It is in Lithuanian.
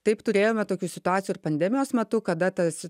taip turėjome tokių situacijų ir pandemijos metu kada tas